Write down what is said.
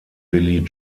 billy